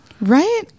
Right